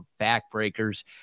backbreakers